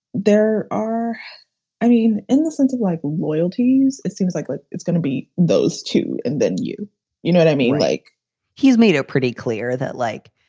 there are i mean, in the sense of like loyalties, it seems like like it's going to be those two and then, you you know, i mean, like he's made it pretty clear that, like,